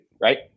right